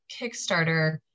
Kickstarter